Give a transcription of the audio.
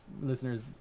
listeners